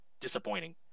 disappointing